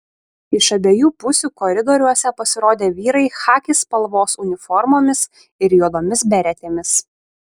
iš abiejų pusių koridoriuose pasirodė vyrai chaki spalvos uniformomis ir juodomis beretėmis